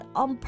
on